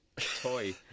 toy